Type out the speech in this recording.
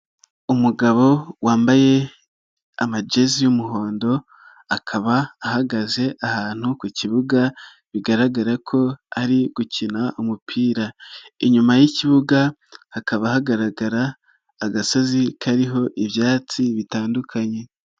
Umugabo wambaye amajezi y'umuhondo akaba ahagaze ahantu ku kibuga bigaragara ko ari gukina umupira, inyuma y'ikibuga hakaba hagaragara agasozi kariho ibyatsi bitandukanye.